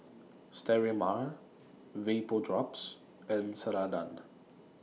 Sterimar Vapodrops and Ceradan